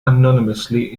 anonymously